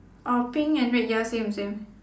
orh pink and red ya same same